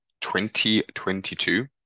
2022